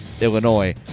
illinois